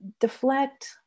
deflect